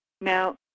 Now